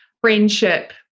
friendship